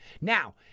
now